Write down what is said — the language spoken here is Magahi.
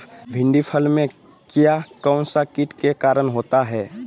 भिंडी फल में किया कौन सा किट के कारण होता है?